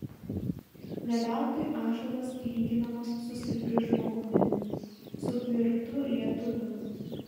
ne veltui ąžuolas lyginamas su stipriu žmogumi su tvirtu lietuviu